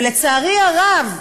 לצערי הרב,